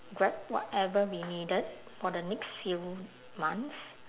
grab whatever we needed for the next few months